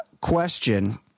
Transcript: question